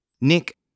nick